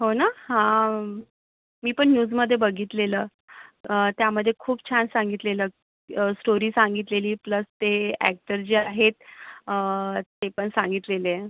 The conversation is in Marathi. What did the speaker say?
हो ना हा मी पण न्यूजमध्ये बघितलेलं त्यामध्ये खूप छान सांगितलेलं स्टोरी सांगितलेली प्लस ते अॅक्टर जे आहेत ते पण सांगितलेले आहे